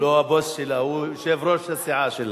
הוא לא הבוס שלה, הוא יושב-ראש הסיעה שלה.